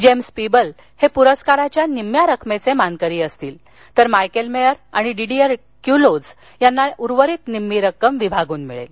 James Peebles हे पूरस्काराच्या निम्म्या रकमेचे मानकरी असतील तर मायकेल मेयर आणि डिडियर क्यूलोझ यांना उर्वरित निम्मी रक्कम विभागुन मिळेल